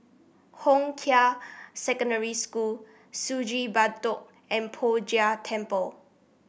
Hong Kah Secondary School Sungei Bedok and Poh Jay Temple